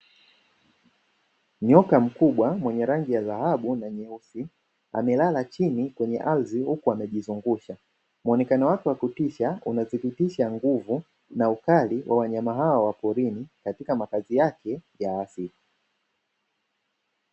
Nyoka mkubwa mwenye rangi ya dhahabu na nyeusi amelala chini kwenye ardhi huku amejizungusha, muonekano wake wa kutisha unathibitisha nguvu na ukali wa wanyama hao wa porini katika makazi yake ya asili.